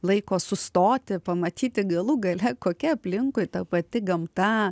laiko sustoti pamatyti galų gale kokia aplinkui ta pati gamta